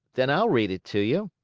then i'll read it to you.